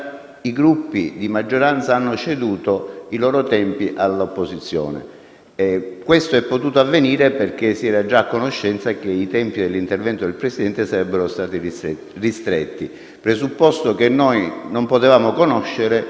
i Gruppi di maggioranza hanno ceduto i loro tempi all'opposizione. Questo è potuto avvenire perché si era già a conoscenza del fatto che i tempi dell'intervento del Presidente del Consiglio sarebbero stati ristretti, presupposto che noi non potevamo conoscere